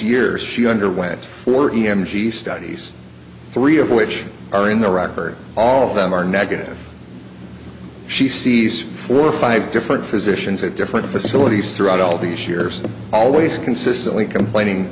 years she underwent forty m g studies three of which are in the record all of them are negative she sees four or five different physicians at different facilities throughout all these years always consistently complaining